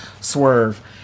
Swerve